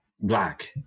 black